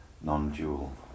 non-dual